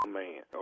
man